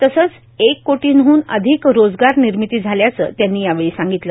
तसंच एक कोटींहन अधिक रोजगार निर्मिती झाल्याचं त्यांनी सांगितलं